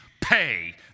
pay